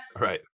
right